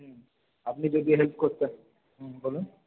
আপনি যদি হেল্প করতেন হুম বলুন